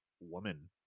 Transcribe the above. woman